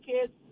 kids